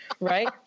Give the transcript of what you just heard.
Right